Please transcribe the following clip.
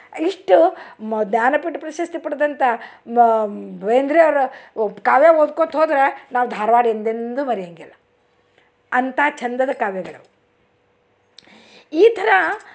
ಇಷ್ಟು ಮ ಜ್ಞಾನಪೀಠ ಪ್ರಶಸ್ತಿ ಪಡೆದಂಥ ಮ ಬೇಂದ್ರೆ ಅವ್ರು ಒಬ್ಬ ಕಾವ್ಯ ಓದ್ಕೋತ ಹೋದ್ರೆ ನಾವು ಧಾರವಾಡ ಎಂದೆಂದೂ ಮರೆಯೋಂಗಿಲ್ಲ ಅಂಥ ಚೆಂದದ ಕಾವ್ಯಗಳವು ಈ ಥರ